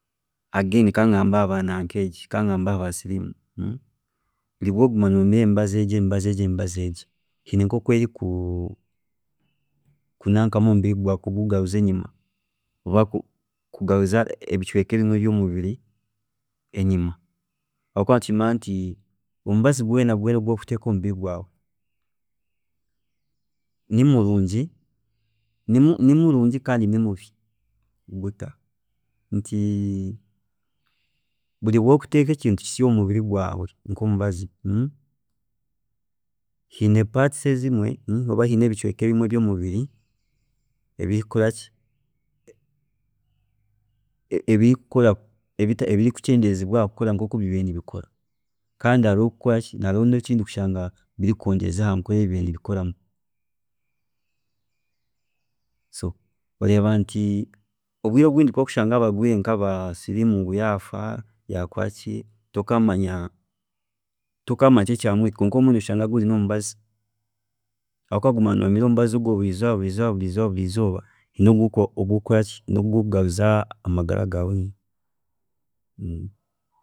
﻿Again kangambe ahabanaanka egi, kangambe ahaba siriimu, buri obu okuguma nomira emibazi egi, emibazi egi, emibazi egi, hiine nkoku eriku kunanka mu omubiri gwaawe kugugarura enyima oba kugaruza ebicweeka byaawebimwee byomubiri enyima habwokuba nitukimanya nti omubazi gwoona ogu orikuteeka omubiri gwaawe nimurungi nimurungi kandi nimbubi, guta, buri obu okuteeka ekintu kisya omumubiri gwaawe nkomubazi, hiine parts ezimwe oba hiine ebicweeka ebimwe byomubiri ebirikukora ki, ebiri kukora ebiriku ebirikucendeeza kukorakukira nkoku bibiire nibikora kandi hariho nekindi kushanga biri kwongyeza kukora kukira oku bibiire nibikoramu, so oreeba nti obwiire obwingi obu kworikushanga nkomurwiire wa siriimu ngu yaafa, yakoraki tokumanya tokamanya nekya mwiita, obwiire obwingi noshanga guri nomubazi hakuba kwori kuba nomira omubazi ogwo buri izooba buri izooba buri izooba hiine obu orikukoraki, hiine obu ori kugaruza amagara gaawe enyima.